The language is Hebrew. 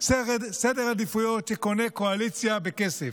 סדר עדיפויות שקונה קואליציה בכסף,